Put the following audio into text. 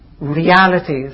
realities